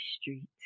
Street